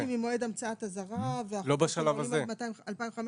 ממועד המצאת אזהרה, 2,500,